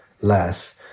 less